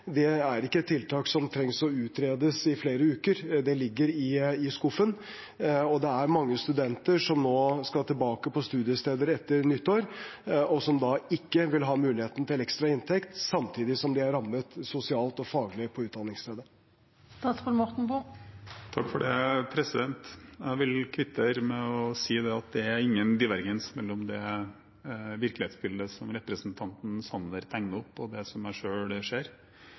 Det er ikke et tiltak som trengs å utredes i flere uker, det ligger i skuffen. Det er mange studenter som nå skal tilbake til studiesteder etter nyttår, og som da ikke vil ha muligheten til en ekstra inntekt, samtidig som de er rammet sosialt og faglig på utdanningsstedet. Jeg vil kvittere med å si at det er ingen divergens mellom det virkelighetsbildet som representanten Sanner tegner opp, og det jeg selv ser. Vi kommer selvsagt til å se på den ordningen som